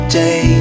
day